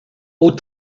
aux